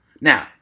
Now